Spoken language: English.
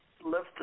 lift